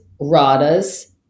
Radas